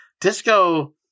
disco